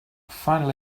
finally